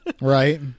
Right